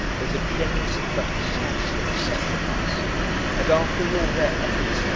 was a generous but inadequate sacrifice and after all their efforts,